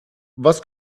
was